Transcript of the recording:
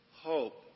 Hope